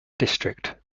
district